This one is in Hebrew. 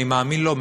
אני מאמין לו,